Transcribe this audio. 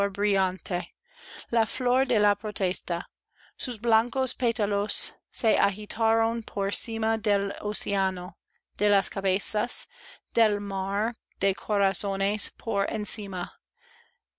la flor de la protesta sus blancos pétalos se agitaron por cima del océano de las cabezas del mar de corazones por encima